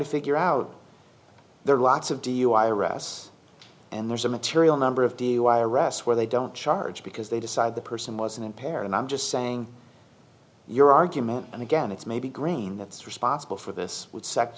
to figure out there are lots of dui arrests and there's a material number of dui arrests where they don't charge because they decide the person wasn't impaired and i'm just saying your argument and again it's maybe grain that's responsible for this w